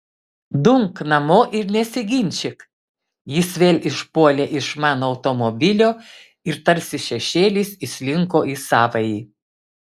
dumk namo ir nesiginčyk jis vėl išpuolė iš mano automobilio ir tarsi šešėlis įslinko į savąjį